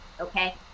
okay